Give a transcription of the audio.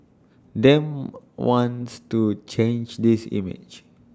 Dem wants to change this image